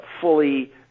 fully